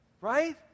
Right